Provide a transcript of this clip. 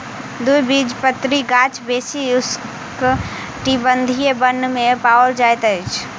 द्विबीजपत्री गाछ बेसी उष्णकटिबंधीय वन में पाओल जाइत अछि